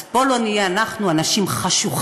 אז פה לא נהיה אנחנו אנשים חשוכים,